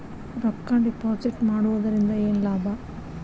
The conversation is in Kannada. ರೊಕ್ಕ ಡಿಪಾಸಿಟ್ ಮಾಡುವುದರಿಂದ ಏನ್ ಲಾಭ?